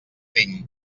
tinc